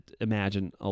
imagine